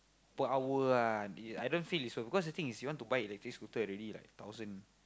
per hour ah I don't feel is so cause you want buy electric scooter already like thousand